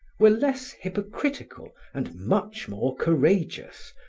were less hypocritical and much more courageous,